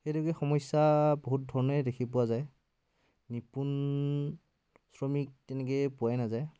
সেইদৰে সমস্য়া বহুত ধৰণে দেখি পোৱা যায় নিপুণ শ্ৰমিক তেনেকৈ পোৱাই নাযায়